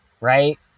Right